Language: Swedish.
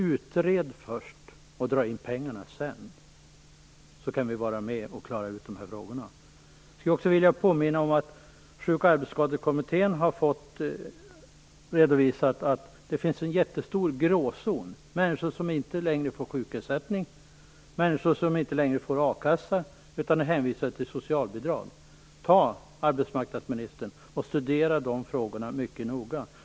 Utred först, och dra in pengarna sedan! Sedan kan vi vara med och klara ut de här frågorna. Jag vill också påminna om att Sjuk och arbetsskadekommittén har fått redovisat att det finns en jättestor gråzon av människor som inte längre får sjukersättning, människor som inte längre får a-kassa utan är hänvisade till socialbidrag. Ta, arbetsmarknadsministern, och studera de frågorna mycket noga!